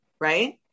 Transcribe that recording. right